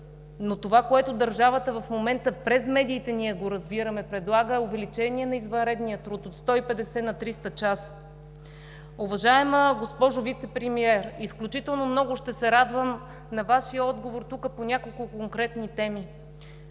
но това, което държавата в момента предлага – ние го разбираме през медиите, е увеличение на извънредния труд от 150 на 300 часа. Уважаема госпожо Вицепремиер, изключително много ще се радвам на Вашия отговор тук по няколко конкретни теми.